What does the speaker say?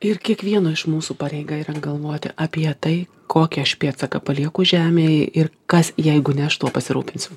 ir kiekvieno iš mūsų pareiga yra galvoti apie tai kokį aš pėdsaką palieku žemėje ir kas jeigu ne aš tuo pasirūpinsiu